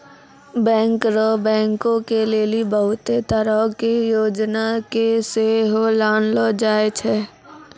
banker बैंको के लेली बहुते तरहो के योजना के सेहो लानलो जाय छै